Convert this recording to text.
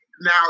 now